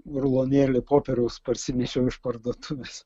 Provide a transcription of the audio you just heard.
rulonėlį popieriaus parsinešiau iš parduotuvės